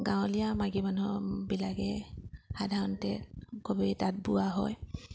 গাঁৱলীয়া মাইকী মানুহবিলাকে সাধাৰণতে খুবেই তাঁত বোৱা হয়